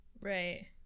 Right